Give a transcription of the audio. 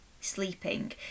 sleeping